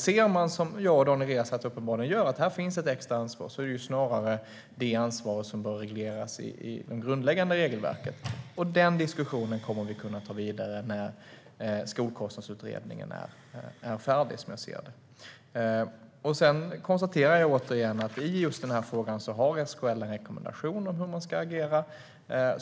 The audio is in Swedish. Ser man, som Daniel Riazat uppenbarligen gör, att här finns ett extra ansvar är det snarare detta ansvar som bör regleras i de grundläggande regelverken. Den diskussionen kommer vi att kunna ta vidare när Skolkostnadsutredningen är färdig, som jag ser det. Sedan konstaterar jag återigen att i den här frågan har SKL en rekommendation om hur man ska agera.